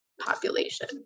population